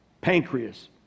pancreas